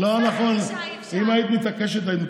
לא נכון, אם היית מתעקשת היית מקבלת.